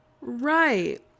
Right